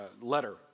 letter